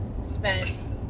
spent